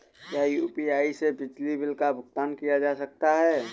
क्या यू.पी.आई से बिजली बिल का भुगतान किया जा सकता है?